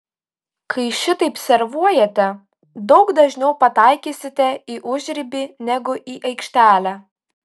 kai šitaip servuojate daug dažniau pataikysite į užribį negu į aikštelę